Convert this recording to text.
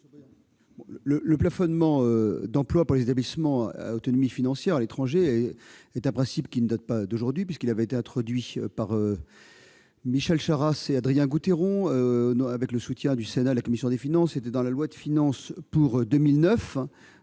Le plafonnement d'emplois pour les établissements à autonomie financière à l'étranger est un principe qui ne date pas d'aujourd'hui, puisqu'il avait été introduit par Michel Charasse et Adrien Gouteyron, avec le soutien de la commission des finances du Sénat, dans la loi de finances pour 2009.